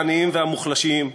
העניים והמוחלשים,